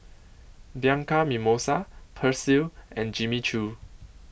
Bianco Mimosa Persil and Jimmy Choo